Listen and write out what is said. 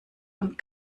und